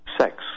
sex